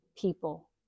people